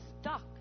stuck